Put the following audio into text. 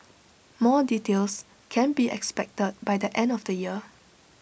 more details can be expected by the end of the year